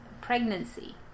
pregnancy